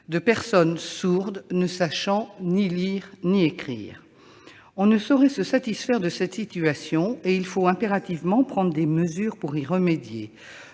de personnes sourdes ne sachant ni lire ni écrire. On ne saurait se satisfaire de cette situation. Il faut impérativement prendre des mesures pour y remédier.